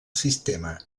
sistema